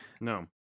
no